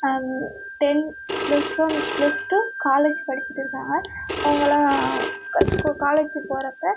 ten plus one plus two college படிச்சுட்டு இருந்தாங்க அவங்களாம் க ஸ்கூ காலேஜுக்கு போகுறப்ப